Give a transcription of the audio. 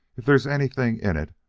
if there's anything in it,